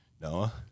Noah